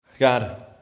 God